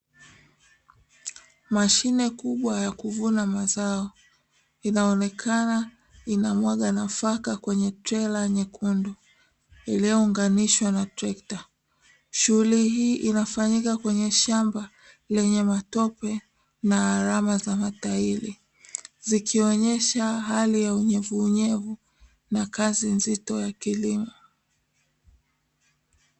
Mashine kubwa ya kuvuna mazao inaonekana inamwaga nafaka kwenye trela nyekundu iliyounganishwa na trekta, shughuli hii inafanyika kwenye shamba lenye matope na alama za matairi zikionyesha hali ya unyevunyevu na kazi nzito ya kilimo.